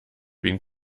been